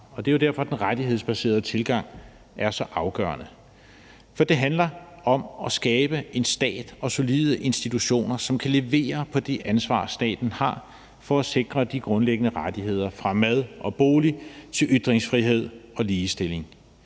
Det er derfor, den rettighedsbaserede tilgang er så afgørende, for det handler om at skabe en stat og solide institutioner, som kan levere på det ansvar, staten har, for at sikre de grundlæggende rettigheder fra mad og bolig til ytringsfrihed og ligestilling.